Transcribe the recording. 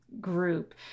group